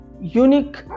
unique